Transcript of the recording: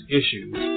issues